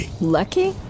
lucky